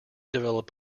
develop